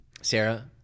Sarah